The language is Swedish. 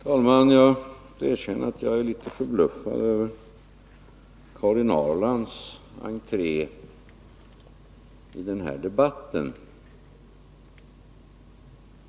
Herr talman! Jag erkänner att jag är litet förbluffad över Karin Ahrlands entré i den här debatten.